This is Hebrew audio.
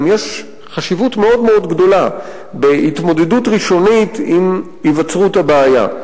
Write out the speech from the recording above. יש חשיבות גדולה בהתמודדות ראשונית עם היווצרות הבעיה.